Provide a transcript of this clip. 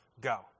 go